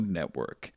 Network